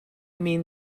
mean